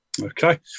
Okay